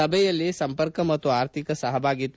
ಸಭೆಯಲ್ಲಿ ಸಂಪರ್ಕ ಮತ್ತು ಅರ್ಥಿಕ ಸಪಭಾಗಿತ್ತ